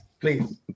Please